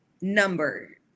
number